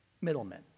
middlemen